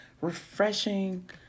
refreshing